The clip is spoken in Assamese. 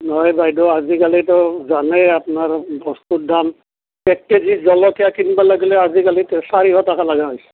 নহয় বাইদেউ আজিকালিতো জানেই আপোনাৰ বস্তুৰ দাম এক কেজি জলকীয়া কিনিব লাগিলে আজিকালিতো চাৰিশ টকা লগা হৈছে